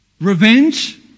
Revenge